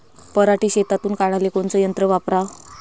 पराटी शेतातुन काढाले कोनचं यंत्र वापराव?